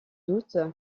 doute